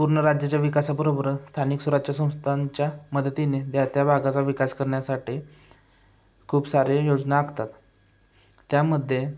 पूर्ण राज्याच्या विकासाबरोबर स्थानिक स्वराज्य संस्थांच्या मदतीने द्या त्या भागाचा विकास करण्यासाठी खूप सारे योजना आखतात त्यामध्ये